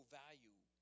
value